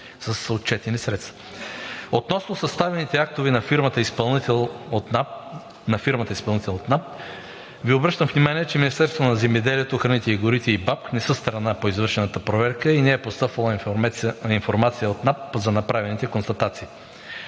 Относно съставените актове на фирмата изпълнител от НАП Ви обръщам внимание, че Министерството на земеделието, храните и горите и БАБХ не са страна по извършената проверка. Не е постъпвала информация от НАП за направените констатации.